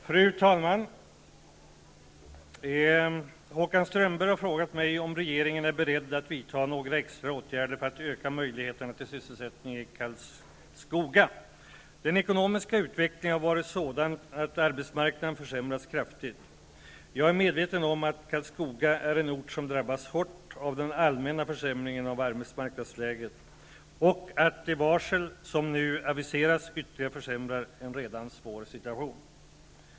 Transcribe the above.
Fru talman! Håkan Strömberg har frågat mig om regeringen är beredd att vidta några extra åtgärder för att öka möjligheterna till sysselsättning i Den ekonomiska utvecklingen har varit sådan att arbetsmarknaden försämrats kraftigt. Jag är medveten om att Karlskoga är en ort som drabbats hårt av den allmänna försämringen av arbetsmarknadsläget och att de varsel som nu aviserats ytterligare försämrar en redan svår situation.